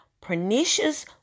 pernicious